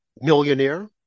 millionaire